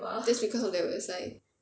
just because of their website